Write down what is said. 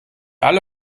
alle